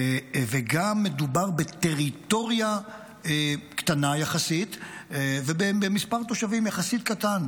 וגם מדובר בטריטוריה קטנה יחסית ובמספר תושבים יחסית קטן.